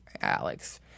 Alex